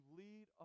lead